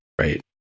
right